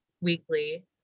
weekly